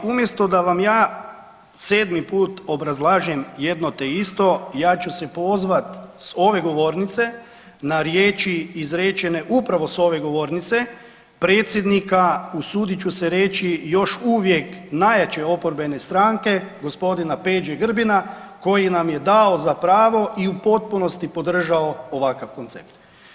Ali umjesto da vam ja sedmi put obrazlažem jedno te isto, ja ću se pozvat s ove govornice na riječi izrečene upravo s ove govornice, predsjednika, usudit ću se reći još uvijek, najjače oporbene stranke, gospodina Peđe Grbina, koji nam je dao za pravo i u potpunosti podržao ovakav koncept.